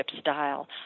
style